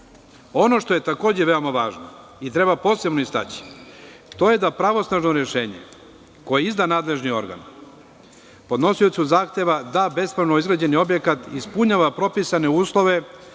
što je takođe veoma važno i treba posebno istaći je da pravosnažno rešenje koje izda nadležni organ podnosiocu zahteva da bespravno izgrađeni objekat ispunjava propisane uslove